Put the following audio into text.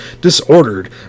disordered